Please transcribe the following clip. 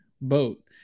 boat